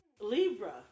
Libra